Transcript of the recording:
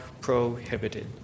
prohibited